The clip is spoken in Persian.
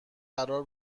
قرار